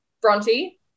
Bronte